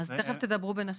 תיכף תדברו ביניכם.